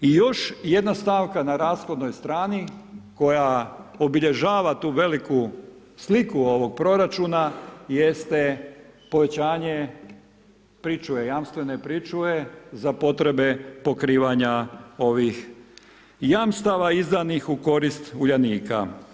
I još jedna stavka na rashodnoj strani, koja obilježava tu veliku sliku ovog proračuna, jeste povećanje pričuve jamstvene pričuve, za potrebe pokrivanja ovih jamstava izdana u korist Uljanika.